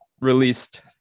released